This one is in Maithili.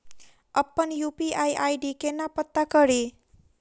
अप्पन यु.पी.आई आई.डी केना पत्ता कड़ी?